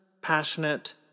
passionate